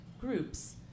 groups